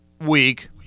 week